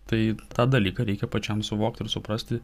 tai tą dalyką reikia pačiam suvokti ir suprasti